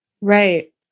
Right